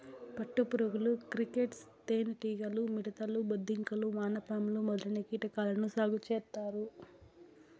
పట్టు పురుగులు, క్రికేట్స్, తేనె టీగలు, మిడుతలు, బొద్దింకలు, వానపాములు మొదలైన కీటకాలను సాగు చేత్తారు